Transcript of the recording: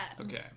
Okay